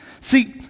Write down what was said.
See